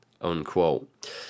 Unquote